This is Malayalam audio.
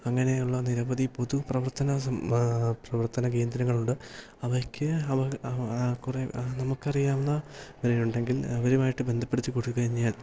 അങ്ങനെയുള്ള നിരവധി പൊതു പ്രവർത്തന പ്രവർത്തന കേന്ദ്രങ്ങളുണ്ട് അവയ്ക്ക് അവ കുറേ നമുക്കറിയാവുന്ന വയുണ്ടെങ്കിൽ അവരുമായിട്ട് ബന്ധപ്പെടുത്തിക്കൊടുത്തുകഴിഞ്ഞാൽ